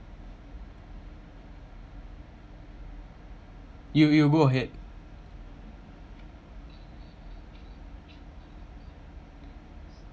you you go ahead